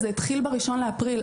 זה התחיל ב-1 באפריל,